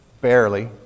barely